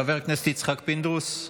חבר הכנסת יצחק פינדרוס,